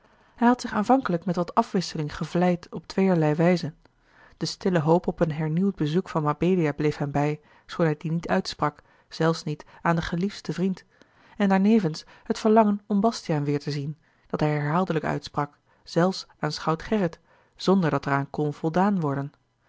hij had zich aanvankelijk met wat afwisseling gevleid op tweeërlei wijze de stille hoop op een hernieuwd bezoek van mabelia bleef hem bij schoon hij die niet uitsprak zelfs niet aan den geliefdsten vriend en daarnevens het verlangen om bastiaan weêr te zien dat hij herhaaldelijk uitsprak zelfs aan schout gerrit zonderdat er aan kon voldaan worden